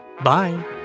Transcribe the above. Bye